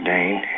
Dane